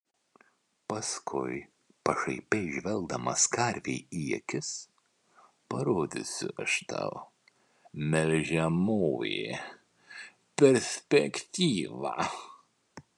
paskui pašaipiai žvelgdamas karvei į akis parodysiu aš tau melžiamoji perspektyvą